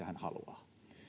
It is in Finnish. hän haluaa